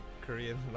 Korean